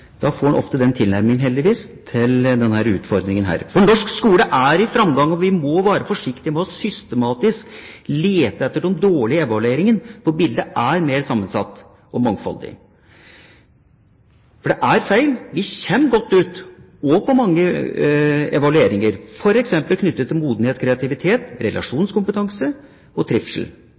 Da får en ofte denne tilnærmingen, heldigvis, til denne utfordringen. Norsk skole er i framgang, og vi må være forsiktige med systematisk å lete etter de dårlige evalueringene, for bildet er mer sammensatt og mangfoldig. For det er feil – vi kommer godt ut, også i mange evalueringer, f.eks. knyttet til modenhet, kreativitet, relasjonskompetanse og trivsel.